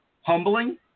humbling